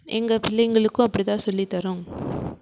எங்கள் பிள்ளைங்களுக்கும் அப்படி தான் சொல்லி தரோம்